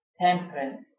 temperance